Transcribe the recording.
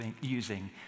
using